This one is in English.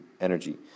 energy